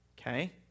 okay